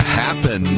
happen